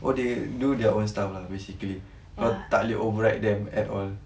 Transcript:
oh they do their own stuff lah basically kau tak boleh overwrite them at all